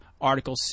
article